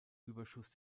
überschuss